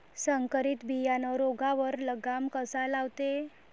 संकरीत बियानं रोगावर लगाम कसा लावते?